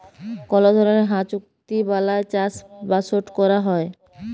call ধরলের হাঁ চুক্তি বালায় চাষবাসট ক্যরা হ্যয়